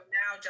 now